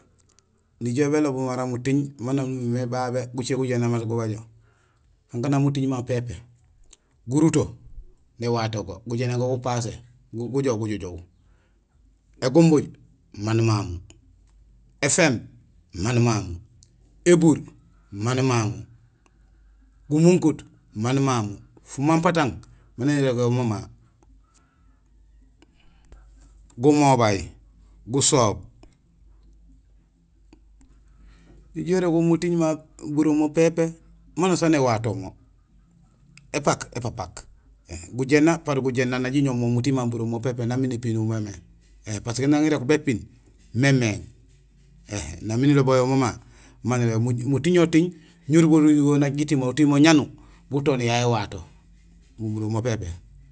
Nijoow bélobul mara muting maan aan umimé babé gucé gujééna mat mubajo: kankanang muting mamu pépé. Guruto, néwato go; gojééna go gupasé gujoow, gujojoow; égumbuuj manumamu, éfééb manumamu, ébuur manumamu, gumunkut manumamu, fumampatang miin irégéhool mama, gomobay, gosoob, ijuhé irogul muting mamu buroomo pépé manusaan néwato mo. Ēpaak épapak. Gujééna par gujééna nak jiñoow mé muting mamu buroom mo pépé nang miin ipinool mémé. Parce que nang irok bépiin mémééŋ nang miin ilobul yo mama, marégéén muting ŋo muting ñarubo rubo nak jiting mo; uting mo ñanu bu toon yayé éwato.